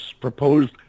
proposed